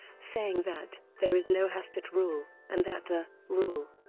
saying that there is no hastert rule and that the rule